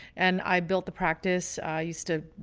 and i built the practice used to,